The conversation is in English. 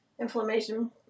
inflammation